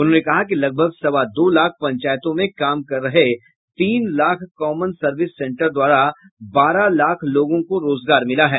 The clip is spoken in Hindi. उन्होंने कहा कि लगभग सवा दो लाख पंचायतों में काम रहे तीन लाख कॉमन सर्विस सेंटर द्वारा बारह लाख लोगों को रोजगार मिला है